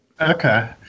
Okay